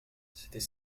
c’était